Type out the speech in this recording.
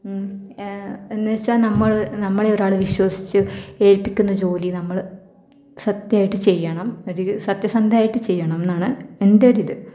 എന്ന് വെച്ചാൽ നമ്മൾ നമ്മളെ ഒരാൾ വിശ്വസിച്ച് ഏൽപ്പിക്കുന്ന ജോലി നമ്മൾ സത്യമായിട്ട് ചെയ്യണം ഒരു സത്യസന്ധമായിട്ട് ചെയ്യണം എന്നാണ് എൻ്റെ ഒരിത്